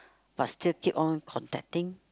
but still keep on contacting